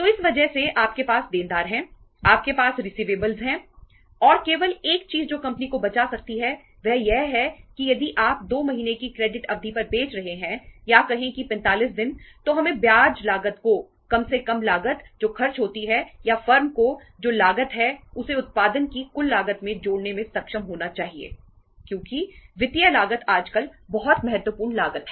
तो इस वजह से आपके पास देनदार हैं आपके पास रिसिवेबल हैं और केवल एक चीज जो कंपनी को बचा सकती है वह यह है कि यदि आप 2 महीने की क्रेडिट अवधि पर बेच रहे हैं या कहें कि 45 दिन तो हमें ब्याज लागत को कम से कम लागत जो खर्च होती है या फर्म को जो लागत है उसे उत्पादन की कुल लागत में जोड़ने में सक्षम होना चाहिए क्योंकि वित्तीय लागत आजकल बहुत महत्वपूर्ण लागत है